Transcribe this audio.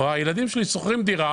או הילדים שלי, שוכרים דירה